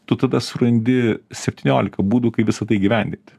tu tada surandi septyniolika būdų kaip visa tai įgyvendinti